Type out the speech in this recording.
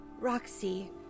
Roxy